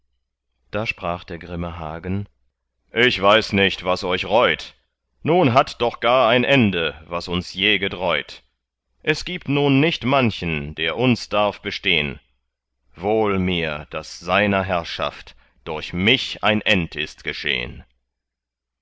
da sprach der grimme hagen ich weiß nicht was euch reut nun hat doch gar ein ende was uns je gedräut es gibt nun nicht manchen der uns darf bestehn wohl mir daß seiner herrschaft durch mich ein end ist geschehn